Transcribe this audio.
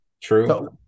True